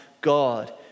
God